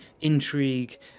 intrigue